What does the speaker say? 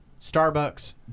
Starbucks